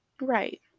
right